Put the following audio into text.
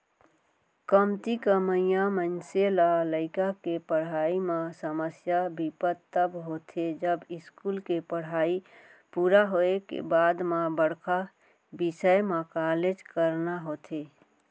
कमती कमइया मनसे ल लइका के पड़हई म समस्या बिपत तब होथे जब इस्कूल के पड़हई पूरा होए के बाद म बड़का बिसय म कॉलेज कराना होथे